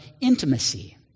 intimacy